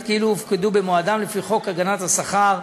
כאילו הופקדו במועדם לפי חוק הגנת השכר,